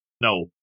No